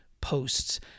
posts